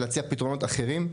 להציע פתרונות אחרים?